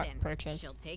purchase